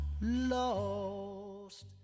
lost